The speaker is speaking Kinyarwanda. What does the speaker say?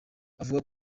avuga